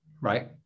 right